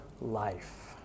life